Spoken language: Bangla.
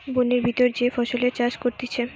বোনের ভিতর যে সব ফসলের চাষ করতিছে